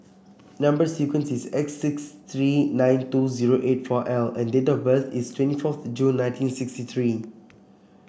number sequence is S six three nine two zero eight four L and date of birth is twenty fourth June nineteen sixty three